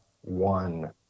one